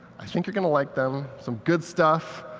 i think you'll and like them. some good stuff.